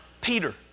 Peter